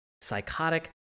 psychotic